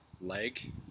leg